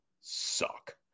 suck